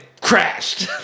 crashed